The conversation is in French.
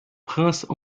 prince